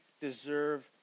deserve